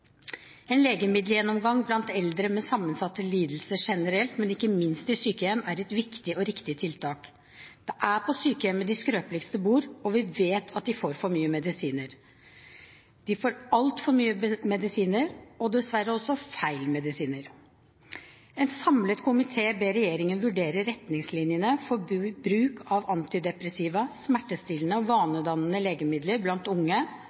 En legemiddelgjennomgang blant eldre med sammensatte lidelser generelt, men ikke minst i sykehjem, er et viktig og riktig tiltak. Det er på sykehjemmet de skrøpeligste bor, og vi vet at de får for mange medisiner. De får altfor mange medisiner og dessverre også feil medisiner. En samlet komité ber regjeringen vurdere retningslinjene for bruk av antidepressiva, smertestillende og vanedannende legemidler blant unge